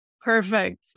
Perfect